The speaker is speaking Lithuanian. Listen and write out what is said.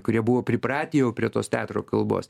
kurie buvo pripratę jau prie tos teatro kalbos